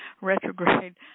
retrograde